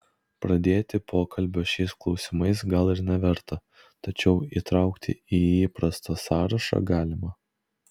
pradėti pokalbio šiais klausimais gal ir neverta tačiau įtraukti į įprastą sąrašą galima